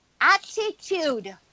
attitude